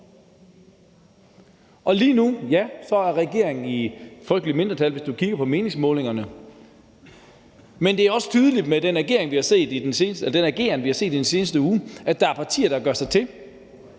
os. Lige nu er regeringen i frygteligt mindretal, hvis du kigger på meningsmålingerne. Men det er også tydeligt med den ageren, vi har set i den seneste uge, at der er partier, der gør sig til,